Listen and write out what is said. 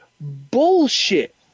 Bullshit